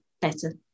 better